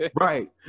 Right